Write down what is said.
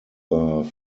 vor